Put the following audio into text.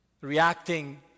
reacting